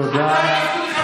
תודה.